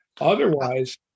otherwise